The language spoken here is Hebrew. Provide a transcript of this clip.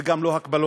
וגם לא הקבלות,